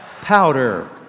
powder